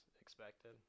expected